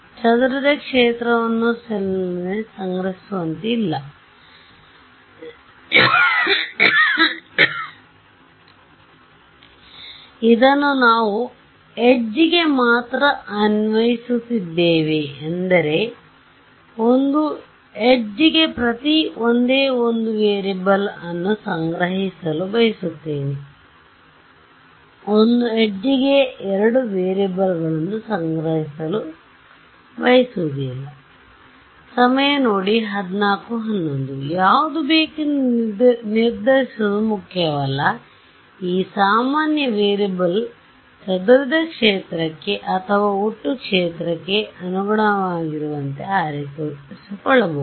ಚದುರಿದ ಕ್ಷೇತ್ರವನ್ನು ಸೆಲ್ನಲ್ಲಿ ಸಂಗ್ರಹಿಸುತ್ತಿಲ್ಲ ಇದನ್ನು ನಾವು ಎಡ್ಜ್ ಗೆ ಮಾತ್ರ ಅನ್ವಯಿಸುತ್ತಿದ್ದೇವೆ ಎಂದರೆ ಒಂದು ಎಡ್ಜ್ ಗೆ ಪ್ರತಿ ಒಂದೇ ಒಂದು ವೇರಿಯೇಬಲ್ ಅನ್ನು ಸಂಗ್ರಹಿಸಲು ಬಯಸುತ್ತೇನೆ ಒಂದು ಎಡ್ಜ್ ಗೆ ಎರಡು ವೇರಿಯೇಬಲ್ ಗಳನ್ನು ಸಂಗ್ರಹಿಸಲು ಬಯಸುವುದಿಲ್ಲ ಯಾವುದು ಬೇಕೆಂದು ನಿರ್ದರಿಸುವುದು ಮುಖ್ಯವಲ್ಲ ಈ ಸಾಮಾನ್ಯ ವೇರಿಯೇಬಲ್ ಚದುರಿದ ಕ್ಷೇತ್ರಕ್ಕೆ ಅಥವಾ ಒಟ್ಟು ಕ್ಷೇತ್ರಕ್ಕೆ ಅನುಗುಣವಾಗಿರುವಂತೆ ಆರಿಸಿಕೊಳ್ಳಬಹುದು